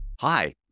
Hi